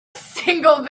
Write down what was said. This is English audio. single